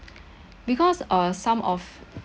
because uh some of